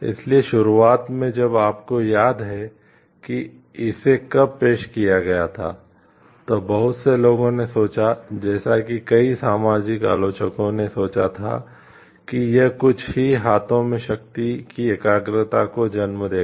इसलिए शुरुआत में जब आपको याद है कि इसे कब पेश किया गया था तो बहुत से लोगों ने सोचा जैसा कि कई सामाजिक आलोचकों ने सोचा था कि यह कुछ ही हाथों में शक्ति की एकाग्रता को जन्म देगा